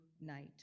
night